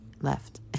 left